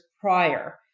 prior